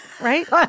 right